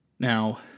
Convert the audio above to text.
Now